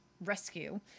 rescue